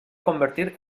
convertir